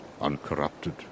uncorrupted